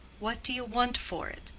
what do you want for it?